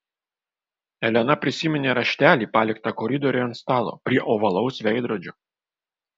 elena prisiminė raštelį paliktą koridoriuje ant stalo prie ovalaus veidrodžio